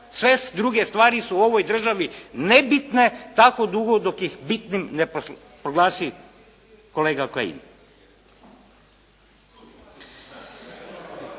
Sve druge stvari su u ovoj državi nebitne tako dugo dok ih bitnim ne proglasi kolega Kajin.